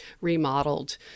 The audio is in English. remodeled